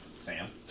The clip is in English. Sam